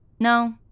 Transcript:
No